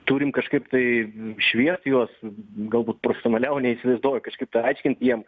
turim kažkaip tai šviest juos galbūt profesionaliau neįsivaizduoju kažkaip aiškint jiem